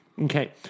Okay